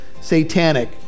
satanic